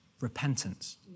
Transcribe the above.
Repentance